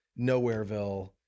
Nowhereville